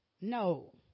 No